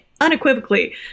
unequivocally